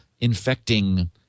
infecting